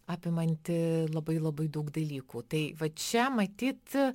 apimanti labai labai daug dalykų tai vat čia matyt